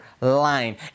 line